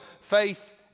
faith